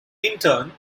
intern